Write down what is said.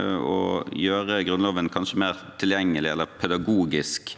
og gjøre Grunnloven kanskje mer tilgjengelig, eller pedagogisk,